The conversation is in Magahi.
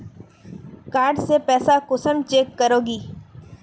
कार्ड से पैसा कुंसम चेक करोगी?